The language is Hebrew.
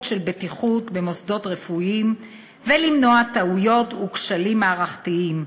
של בטיחות במוסדות רפואיים ולמנוע טעויות וכשלים מערכתיים.